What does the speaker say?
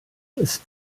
ist